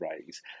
raise